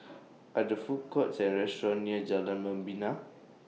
Are There Food Courts Or restaurants near Jalan Membina